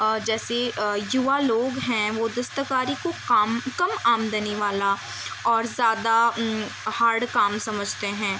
جیسے یوا لوگ ہیں وہ دستکاری کو کام کم آمدنی والا اور زیادہ ہارڈ کام سمجھتے ہیں